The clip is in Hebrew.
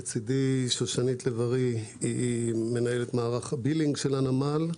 לצדי שושנית לב-ארי, מנהלת מערך הבילינג של הנמל,